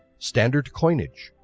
standard coinage,